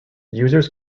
users